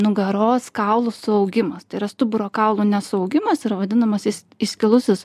nugaros kaulų suaugimas tai yra stuburo kaulų nesuaugimas yra vadinamasis įskilusius